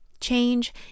Change